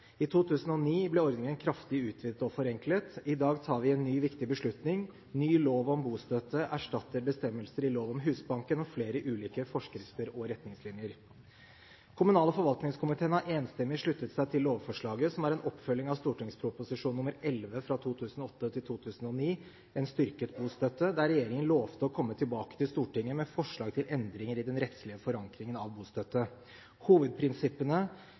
I 2009 ble ordningen kraftig utvidet og forenklet – i dag tar vi en ny, viktig beslutning: Ny lov om bostøtte erstatter bestemmelser i lov om Husbanken og flere ulike forskrifter og retningslinjer. Kommunal- og forvaltningskomiteen har enstemmig sluttet seg til lovforslaget, som er en oppfølging av St.prp. nr. 11 for 2008–2009, Ei styrkt bustøtte, der regjeringen lovte å komme tilbake til Stortinget med forslag til endringer i den rettslige forankringen av bostøtte. Hovedprinsippene